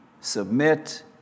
submit